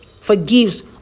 forgives